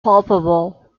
palpable